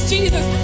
Jesus